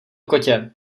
kotě